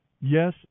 Yes